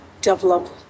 develop